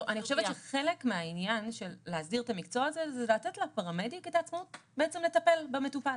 הצעת חוק הפרמדיקים, התשפ"ב-2022 פ/2290,